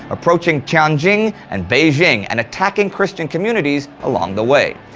approaching tianjin and beijing and attacking christian communities along the way.